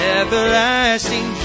everlasting